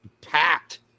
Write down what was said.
packed